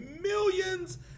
millions